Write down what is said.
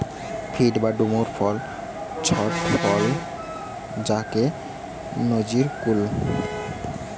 fig বা ডুমুর ফল ছট্ট টক ফল যাকে নজির কুহু